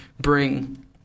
bring